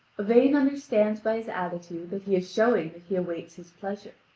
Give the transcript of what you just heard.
yvain understands by his attitude that he is showing that he awaits his pleasure.